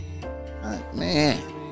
Man